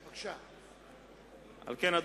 על כן,